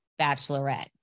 bachelorette